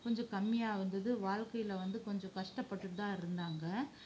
கொஞ்சம் கம்மியாக இருந்தது வாழ்க்கையில வந்து கொஞ்சம் கஷ்டப்பட்டுட்டு தான் இருந்தாங்கள்